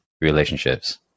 relationships